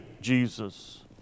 Jesus